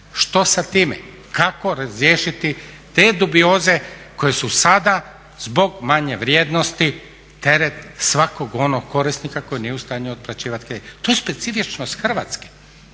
Što sa time, kako razriješiti te dubioze koje su sada zbog manje vrijednosti teret svakog onog korisnika koji nije u stanju otplaćivati kredit? To je specifičnost Hrvatske,